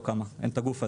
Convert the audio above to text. אין את הגוף הזה.